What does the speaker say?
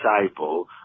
disciple